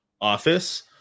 Office